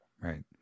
Right